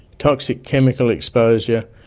toxic chemical exposure,